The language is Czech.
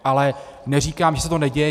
Ale neříkám, že se to neděje.